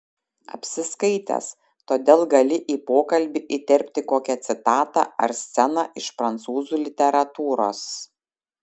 apsiskaitęs todėl gali į pokalbį įterpti kokią citatą ar sceną iš prancūzų literatūros